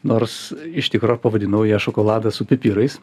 nors iš tikro pavadinau ją šokoladas su pipirais